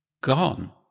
gone